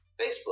Facebook